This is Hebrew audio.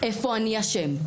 איפה אני אשם?